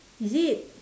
is it